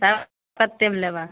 तब कतेकमे लेबऽ